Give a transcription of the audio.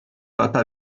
papa